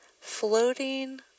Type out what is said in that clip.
floating